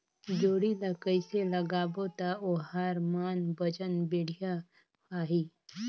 जोणी ला कइसे लगाबो ता ओहार मान वजन बेडिया आही?